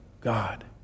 God